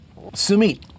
Sumit